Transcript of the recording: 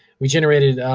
we generated,